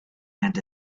and